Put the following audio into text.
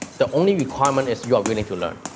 the only requirement is you are willing to learn.